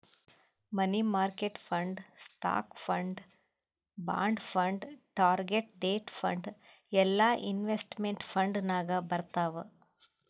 money market fund, stock fund, bond fund, target date fund ಎಲ್ಲಾ investment fund ನಾಗ್ ಬರ್ತಾವ್